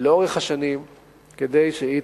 לאורך השנים כדי שהיא